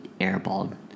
airballed